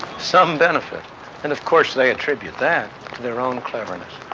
some benefit and of course they attribute that to their own cleverness.